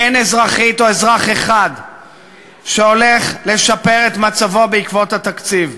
אין אזרחית או אזרח אחד שהולך לשפר את מצבו בעקבות התקציב.